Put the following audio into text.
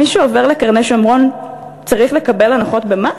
מי שעובר לקרני-שומרון צריך לקבל הנחות במס?